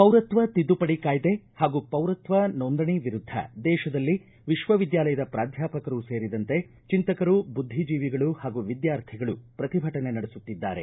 ಪೌರತ್ವ ತಿದ್ದುಪಡಿ ಕಾಯ್ದೆ ಹಾಗೂ ಪೌರತ್ವ ನೊಂದಣೆ ವಿರುದ್ಧ ದೇಶದಲ್ಲಿ ವಿಶ್ವವಿದ್ಯಾಲಯದ ಪ್ರಾಧ್ಯಾಪಕರೂ ಸೇರಿದಂತೆ ಚಿಂತಕರು ಬುದ್ಧಿ ಜೀವಿಗಳು ಹಾಗೂ ವಿದ್ಧಾರ್ಥಿಗಳು ಪ್ರತಿಭಟನೆ ನಡೆಸುತ್ತಿದ್ದಾರೆ